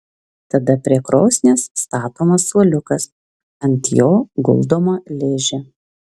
tada prie krosnies statomas suoliukas ant jo guldoma ližė